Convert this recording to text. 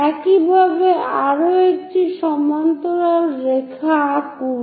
একইভাবে আরও একটি সমান্তরাল রেখা আঁকুন